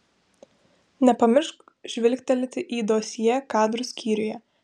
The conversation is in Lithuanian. nepamiršk žvilgtelėti į dosjė kadrų skyriuje